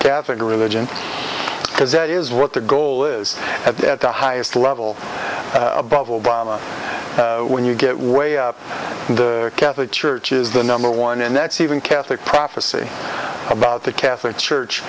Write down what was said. catholic religion because that is what the goal is at the highest level above obama when you get way up in the catholic church is the number one and that's even catholic prophecy about the catholic church